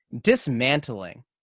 dismantling